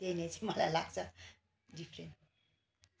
त्यसले चाहिँ मलाई लाग्छ